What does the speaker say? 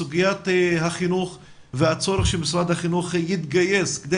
סוגיית החינוך והצורך שמשרד החינוך יתגייס כדי